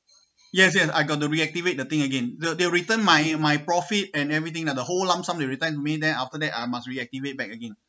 yes yes I got to reactivate the thing again they they'll return my my profit and everything lah the whole lump sum they return to me then after that I must reactivate back again